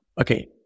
okay